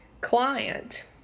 client